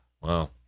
wow